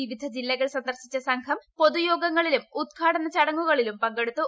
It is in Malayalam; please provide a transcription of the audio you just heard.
വിവിധ ജില്ലകൾ സന്ദർശിച്ച സംഘം പൊതു യോഗങ്ങളിലും ഉദ്ഘാടന ചടങ്ങുകളിലും പങ്കെടുത്തു